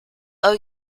owe